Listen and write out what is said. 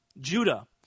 Judah